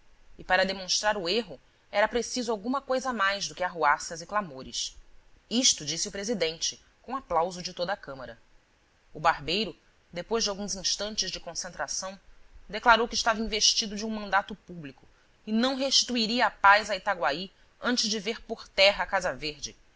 e para demonstrar o erro era preciso alguma coisa mais do que arruaças e clamores isto disse o presidente com aplauso de toda a câmara o barbeiro depois de alguns instantes de concentração declarou que estava investido de um mandato público e não restituiria a paz a itaguaí antes de ver por terra a casa verde